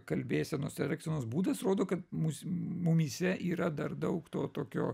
kalbėsenos ir elgsenos būdas rodo kad mūs mumyse yra dar daug to tokio